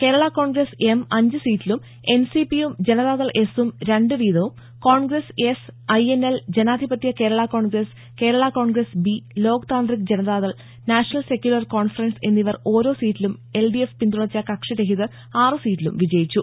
Kerala Congress M അഞ്ച് സീറ്റിലും എൻസിപിയും ജനതാദൾ എസും രണ്ട് വീതവും കോൺഗ്രസ് എസ് ഐഎൻഎൽ ജനാധിപത്യ Kerala Congress Kerala Congress B Loktantrik Janata Dal national secular conference എന്നിവർ ഓരോ സീറ്റിലും എൽഡിഎഫ് പിന്തുണച്ച കക്ഷി രഹിതർ ആറ് സീറ്റിലും വിജയിച്ചു